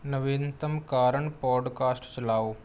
ਨਵੀਨਤਮ ਕਾਰਨ ਪੌਡਕਾਸਟ ਚਲਾਓ